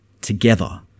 together